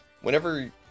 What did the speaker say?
whenever